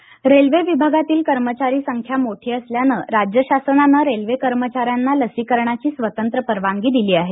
railway रुग्णालय railway विभागातील कर्मचारी संख्या मोठी असल्यानं राज्य शासनानं रेल्वे कर्मचाऱ्यांना लसीकरणाची स्वतंत्र परवानगी दिली आहे